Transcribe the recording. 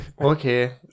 Okay